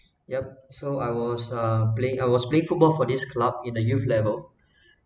yup so I was uh playing I was playing football for this club in the youth level